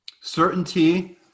certainty